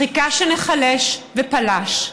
חיכה שניחלש ופלש.